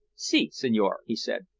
si, signore, he said.